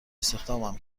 استخدامم